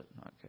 Okay